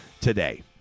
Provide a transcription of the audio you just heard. today